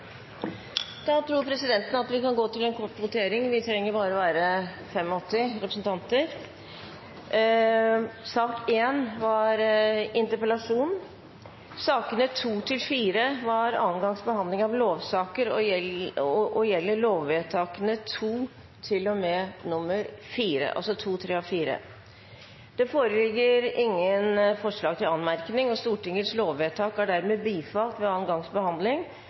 Da går vi til en kort votering. Vi trenger bare å være 85 representanter. I sak nr. 1 foreligger det ikke noe voteringstema. Sakene nr. 2–4 er andre gangs behandling av lovsaker og gjelder lovvedtakene 2, 3 og 4. Det foreligger ingen forslag til anmerkning i noen av sakene, og Stortingets lovvedtak er dermed bifalt ved andre gangs behandling